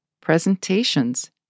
presentations